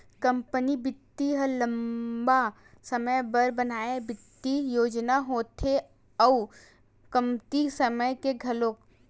company बित्त ह लंबा समे बर बनाए बित्त योजना होथे अउ कमती समे के घलोक